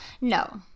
No